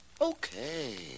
Okay